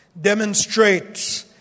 demonstrates